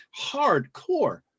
hardcore